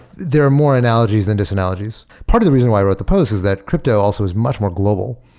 there are more analogies and disanalogies. part of the reason why i wrote the post is that crypto also is much more global.